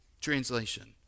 Translation